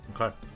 Okay